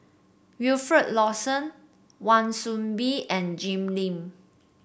Wilfed Lawson Wan Soon Bee and Jim Lim